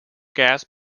gas